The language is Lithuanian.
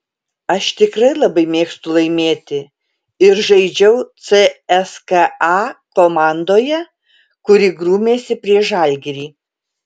aš tikrai labai mėgstu laimėti ir žaidžiau cska komandoje kuri grūmėsi prieš žalgirį